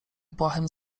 błahym